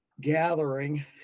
gathering